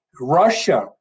Russia